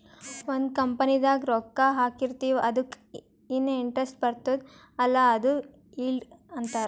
ಒಂದ್ ಕಂಪನಿದಾಗ್ ರೊಕ್ಕಾ ಹಾಕಿರ್ತಿವ್ ಅದುಕ್ಕ ಎನ್ ಇಂಟ್ರೆಸ್ಟ್ ಬರ್ತುದ್ ಅಲ್ಲಾ ಅದುಕ್ ಈಲ್ಡ್ ಅಂತಾರ್